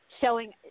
showing